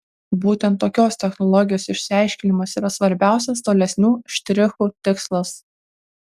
būtent tokios technologijos išsiaiškinimas yra svarbiausias tolesnių štrichų tikslas